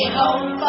home